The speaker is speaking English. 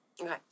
Okay